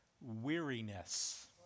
weariness